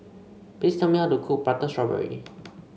please tell me how to cook Prata Strawberry